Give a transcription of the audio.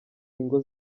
ingo